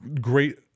great